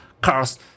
cars